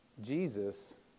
Jesus